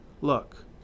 Look